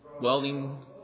welding